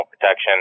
protection